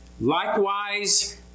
Likewise